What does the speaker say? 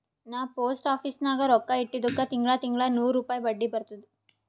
ನಾ post office ನಾಗ್ ರೊಕ್ಕಾ ಇಟ್ಟಿದುಕ್ ತಿಂಗಳಾ ತಿಂಗಳಾ ನೂರ್ ರುಪಾಯಿ ಬಡ್ಡಿ ಬರ್ತುದ್